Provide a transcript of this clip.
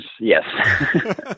yes